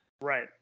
Right